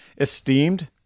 esteemed